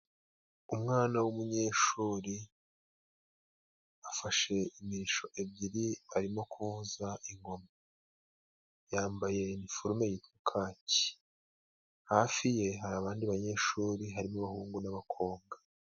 Umwana w'umunyeshuri afashe imirisho ebyiri, arimo kuvuza ingoma yambaye iniforume y'ikaki, hafi ye hari abandi banyeshuri harimo abahungu n'abakobwa.